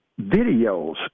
videos